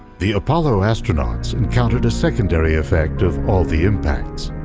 the apollo astronauts encountered a secondary effect of all the impacts,